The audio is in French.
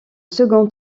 second